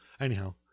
Anyhow